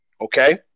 okay